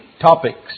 topics